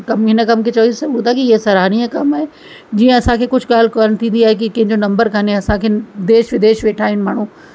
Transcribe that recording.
कम हिन कम खे चई सघूं था की इहे सराहनीय कम आहे जीअं असांखे कुझु ॻाल्हि कोन थींदी आहे की कंहिंजो नम्बर कोन्हे असांखे देश विदेश वेठा आहिनि माण्हू